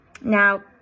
Now